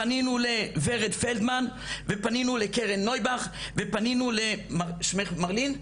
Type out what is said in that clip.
פנינו לורד פלדמן ופנינו לקרן נוייבך ופנינו ולגברת מרלין,